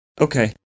Okay